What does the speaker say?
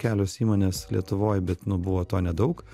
kelios įmonės lietuvoj bet nu buvo to nedaug